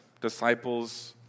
disciples